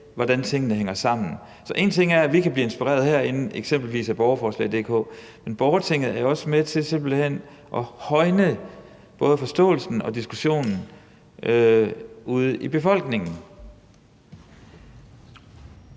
hvordan tingene hænger sammen. Så én ting er, at vi kan blive inspireret herinde, eksempelvis af www.borgerforslag.dk; en anden ting er, at borgertinget simpelt hen også er med til at højne både forståelsen og diskussionen ude i befolkningen.